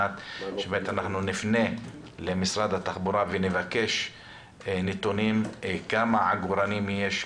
שנפנה למשרד התחבורה ונבקש נתונים כמה עגורנים יש,